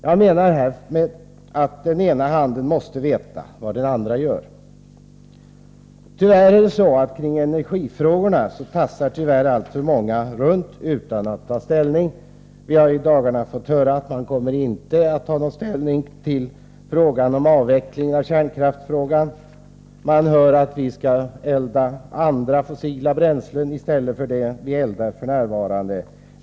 Jag menar att den ena handen måste veta vad den andra gör. Tyvärr är det så att alltför många tassar runt kring energifrågorna utan att ta ställning. Vi har i dagarna fått höra att man inte kommer att ta ställning till frågan om avvecklingen av kärnkraften. Man hör sägas att vi skall elda andra fossila bränslen än dem vi eldar f. n.